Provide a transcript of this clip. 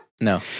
No